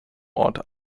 ort